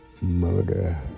murder